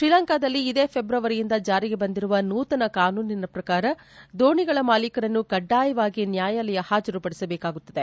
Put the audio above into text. ತ್ರೀಲಂಕಾದಲ್ಲಿ ಇದೇ ಫೆಬ್ರವರಿಯಿಂದ ಜಾರಿಗೆ ಬಂದಿರುವ ನೂತನ ಕಾನೂನಿನ ಶ್ರಕಾರ ದೋಣಿಗಳ ಮಾಲೀಕರನ್ನು ಕಡ್ನಾಯವಾಗಿ ನ್ನಾಯಾಲಯ ಹಾಜರು ಪಡಿಸಬೇಕಾಗತ್ತದೆ